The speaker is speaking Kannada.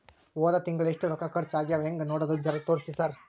ಹೊದ ತಿಂಗಳ ಎಷ್ಟ ರೊಕ್ಕ ಖರ್ಚಾ ಆಗ್ಯಾವ ಹೆಂಗ ನೋಡದು ಜರಾ ತೋರ್ಸಿ ಸರಾ?